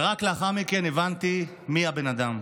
ורק לאחר מכן הבנתי מי הבן אדם.